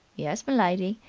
yes, m'lady.